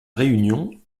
réunion